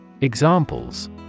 Examples